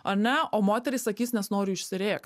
ar ne o moterys sakys nes noriu išsirėkt